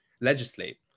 legislate